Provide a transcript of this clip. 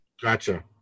Gotcha